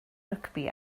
rygbi